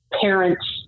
Parents